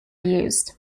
used